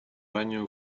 ранее